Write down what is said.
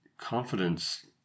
confidence